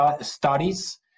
studies